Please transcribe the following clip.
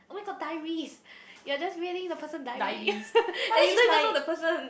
oh-my-god diaries you're just reading the person diary and you don't even know the person